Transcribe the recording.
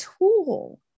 tool